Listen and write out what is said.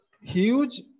huge